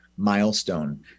milestone